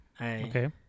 okay